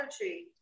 tree